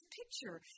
picture